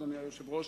אדוני היושב-ראש,